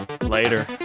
Later